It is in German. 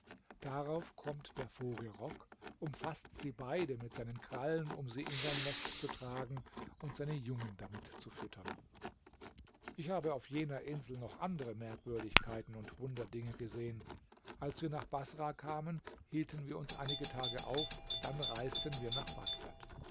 darauf kommt der vogel rock umfaßt sie beide mit seinen krallen um sie in sein nest zu tragen und seine jungen damit zu füttern ich habe auf jener insel noch andere merkwürdigkeiten und wunderdinge gesehen als wir nach baßrah kamen hielten wir uns einige tage auf dann reisten wir nach bagdad